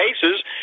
cases